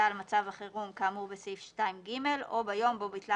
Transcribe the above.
על מצב החירום כאמור בסעיף 2(ג) או ביום בו ביטלה